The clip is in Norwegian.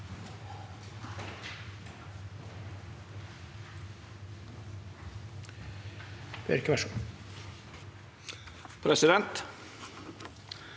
Presidenten